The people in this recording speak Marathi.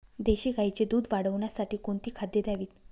देशी गाईचे दूध वाढवण्यासाठी कोणती खाद्ये द्यावीत?